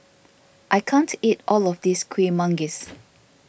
I can't eat all of this Kueh Manggis